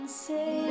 say